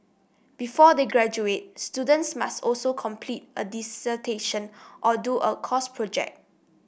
before they graduate students must also complete a dissertation or do a course project